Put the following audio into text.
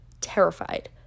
terrified